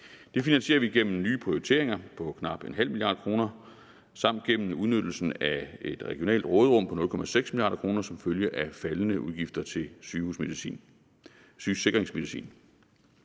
Det finansierer vi gennem nye prioriteringer på knap ½ mia. kr. og gennem udnyttelsen af et regionalt råderum på 0,6 mia. kr. som følge af faldende udgifter til sygesikringsmedicin.